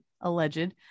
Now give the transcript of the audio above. alleged